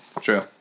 True